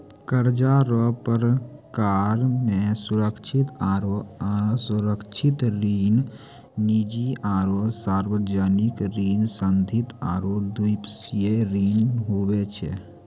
कर्जा रो परकार मे सुरक्षित आरो असुरक्षित ऋण, निजी आरो सार्बजनिक ऋण, संघीय आरू द्विपक्षीय ऋण हुवै छै